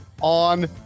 on